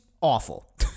Awful